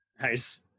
Nice